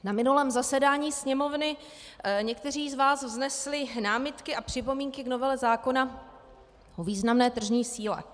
Na minulém zasedání Sněmovny někteří z vás vznesli námitky a připomínky k novele zákona o významné tržní síle.